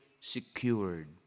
secured